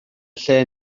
lle